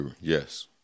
Yes